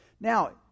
Now